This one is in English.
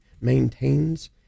maintains